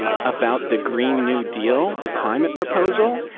ah about the green new deal, the climate proposal.